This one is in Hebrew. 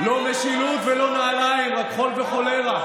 לא משילות ולא נעליים, רק חול וחולירע.